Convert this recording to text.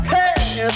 Hey